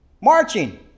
marching